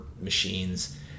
machines